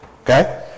Okay